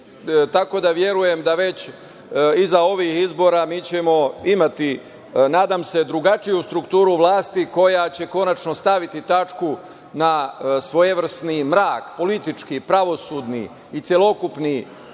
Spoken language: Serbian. tako da verujem da već iza ovih izbora ćemo imati nadam se, drugačiju strukturu vlasti, koja će konačno staviti tačku na svojevrsni mrak. Politički, pravosudni i celokupni